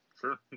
Sure